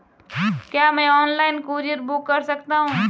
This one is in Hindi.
क्या मैं ऑनलाइन कूरियर बुक कर सकता हूँ?